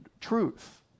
truth